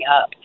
up